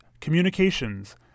communications